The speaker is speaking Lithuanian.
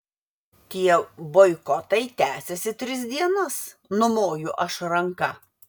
tie boikotai tęsiasi tris dienas numoju aš ranka